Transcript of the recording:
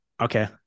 okay